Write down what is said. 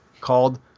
called